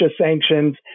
sanctions